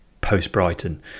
post-Brighton